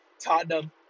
Tottenham